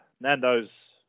Nando's